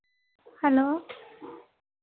hello